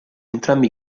entrambi